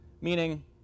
meaning